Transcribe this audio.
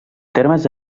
termes